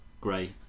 grey